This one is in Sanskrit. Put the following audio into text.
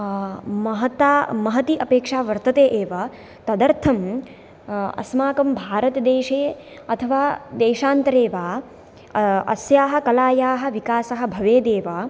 महता महती अपेक्षा वर्तते एव तदर्थं अस्माकं भारतदेशे अथावा देशान्तरे वा अस्याः कलायाः विकासः भवेदेव